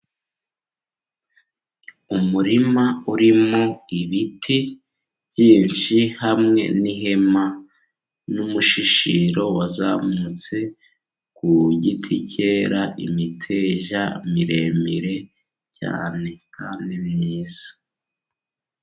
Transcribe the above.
Umurima urimo ibiti byinshi hamwe n'ihema, umushishiro wazamutse ku giti cyera imiteja miremire cyane kandi myiza.